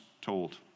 told